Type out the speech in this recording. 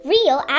Real